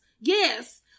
yes